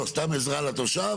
סתם עזרה לתושב?